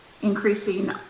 increasing